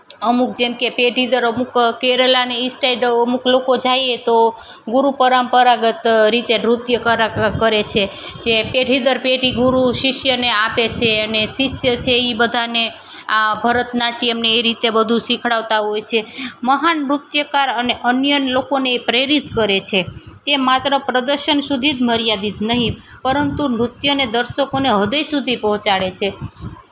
અમુક જેમકે પેઢી દર અમુક કેરળ ને એ સાઇડ અમુક લોકો જાઈએ તો ગુરુ પરંપરાગત રીતે નૃત્ય કરે છે જે પેઢી દર પેઢી ગુરુ શિષ્યને આપે છે અને શિષ્ય છે એ બધાને આ ભરતનાટ્યમ ને એ રીતે બધું શીખવાડતા હોય છે મહાન નૃત્યકાર અને અન્ય લોકોને પ્રેરિત કરે છે તે માત્ર પ્રદર્શન સુધી જ મર્યાદિત નહીં પરંતુ નૃત્યને દર્શકોને હ્રદય સુધી પહોંચાડે છે